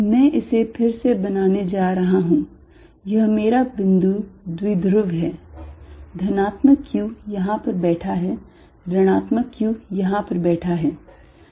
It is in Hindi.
मैं इसे फिर से बनाने जा रहा हूं यह मेरा बिंदु द्विध्रुव है धनात्मक q यहां पर बैठा है ऋणात्मक q यहां पर बैठा है